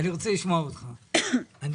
האם כתוצאה מזה יש צפי לפגיעה בטיסות?